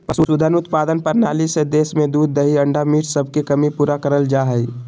पशुधन उत्पादन प्रणाली से देश में दूध दही अंडा मीट सबके कमी पूरा करल जा हई